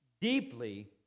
deeply